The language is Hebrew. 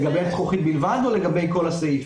לגבי זכוכית בלבד, או לגבי כל הסעיף?